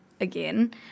again